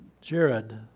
Jared